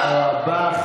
תודה רבה.